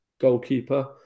goalkeeper